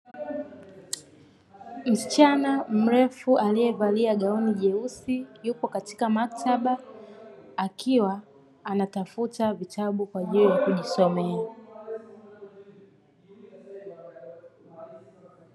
Msichana mrefu aliyevalia gani jeusi, yupo katika maktaba, akiwa anatafuta vitabu kwa ajili ya kujisomea.